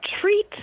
treat